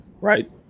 Right